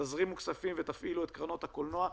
תזרימו כספים ותפעילו את קרנות הקולנוע.